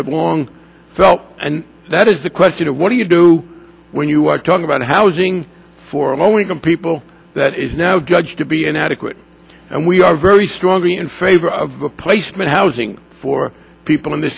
have long felt and that is the question of what do you do when you are talking about housing for low income people that is now judged to be inadequate and we are very strongly in favor of the placement housing for people in the